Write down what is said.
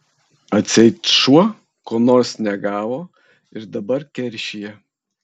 atseit šuo ko nors negavo ir dabar keršija